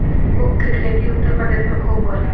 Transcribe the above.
ऊख के खेती उत्तर प्रदेश में खूब होला